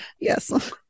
yes